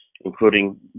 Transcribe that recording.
including